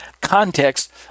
context